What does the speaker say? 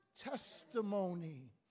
testimony